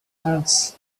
hands